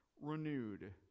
renewed